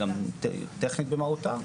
טכנית במהותה.